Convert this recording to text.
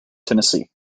tennessee